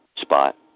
Spot